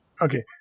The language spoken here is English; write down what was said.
Okay